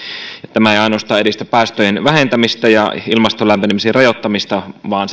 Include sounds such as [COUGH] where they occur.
tämä ei ainoastaan edistä päästöjen vähentämistä ja ilmaston lämpenemisen rajoittamista vaan [UNINTELLIGIBLE]